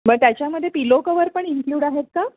मग त्याच्यामध्ये pillow cover पण इन्क्लूड आहेत का